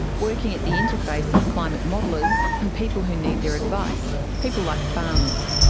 working at the interface of climate modellers and people who need their advice, people like farmers.